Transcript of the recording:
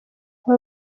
aba